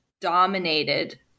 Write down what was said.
Dominated